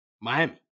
Miami